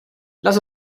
lass